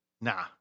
nah